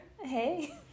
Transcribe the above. Hey